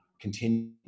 continue